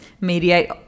mediate